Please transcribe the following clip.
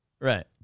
right